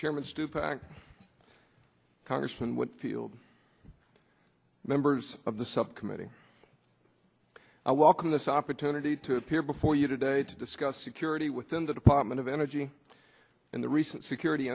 chairman stupa act congressman whitfield members of the subcommittee i welcome this opportunity to appear before you today to discuss security within the department of energy and the recent security